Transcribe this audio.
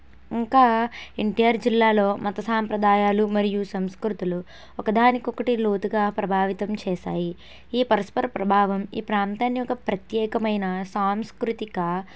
ఇంకా N T R జిల్లాలో మత సాంప్రదాయాలు మరియు సంస్కృతులు ఒకదానికొకటి లోతుగా ప్రభావితం చేశాయి ఈ పరస్పర ప్రభావం ఈ ప్రాంతాన్ని ఒక ప్రత్యేకమైన సాంస్కృతిక